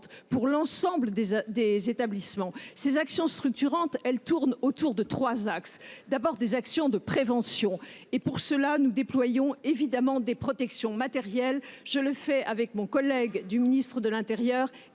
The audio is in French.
pour l’ensemble des établissements. Ces actions structurantes s’articulent autour de trois axes. Premièrement, ce sont des actions de prévention. Pour cela, nous déployons évidemment des protections matérielles. Je le fais avec mes homologues des ministères de l’intérieur